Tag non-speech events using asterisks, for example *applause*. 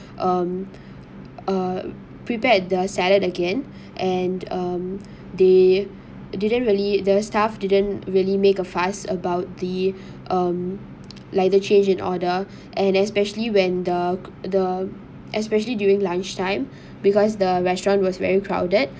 um uh prepared the salad again *breath* and um they didn't really the staff didn't really make a fuss about the um like the change in order and especially when the the especially during lunch time *breath* because the restaurant was very crowded